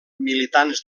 militants